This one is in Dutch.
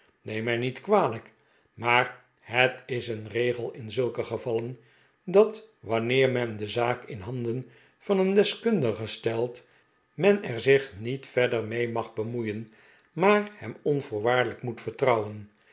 neem mij niet kwa lijk maar het is een regel in zulke gevallen dat wanneer men de zaak in handent van een deskundige stelt men er zich nieli verder mee mag bemoeien maar hem on s voorwaardelijk moet vertrouwen